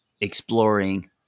exploring